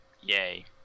Yay